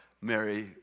Mary